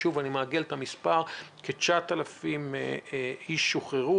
כ-9,000 אנשים שוחררו.